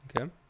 Okay